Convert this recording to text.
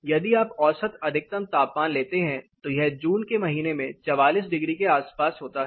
यदि आप औसत अधिकतम तापमान लेते हैं तो यह जून के महीने में 44 डिग्री के आसपास होता है